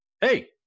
hey